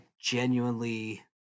genuinely